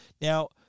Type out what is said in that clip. Now